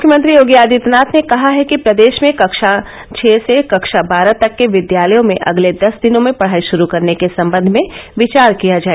मुख्यमंत्री योगी आदित्यनाथ ने कहा है कि प्रदेश में कक्षा छ से कक्षा बारह तक के विद्यालयों में अगले दस दिनों में पढ़ाई शुरू करने के सम्बंध में विचार किया जाए